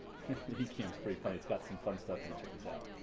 but he camps pretty fights got some fun stuff and check this out